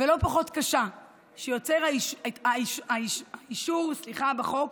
ולא פחות קשה שיוצר האיסור בחוק